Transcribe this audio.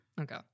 Okay